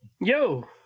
Yo